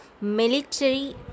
military